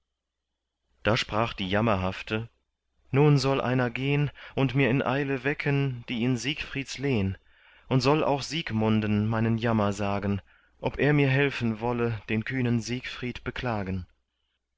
da sprach die jammerhafte nun soll einer gehn und mir in eile wecken die in siegfrieds lehn und soll auch siegmunden meinen jammer sagen ob er mir helfen wolle den kühnen siegfried beklagen